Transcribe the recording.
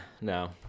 No